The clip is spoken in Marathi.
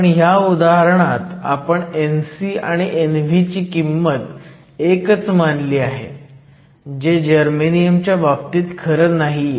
पण ह्या उदाहरणात आपण Nc आणि Nv ची किंमत एकच मानली आहे जे जर्मेनियम च्या बाबतीत खरं नाहीये